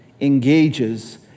engages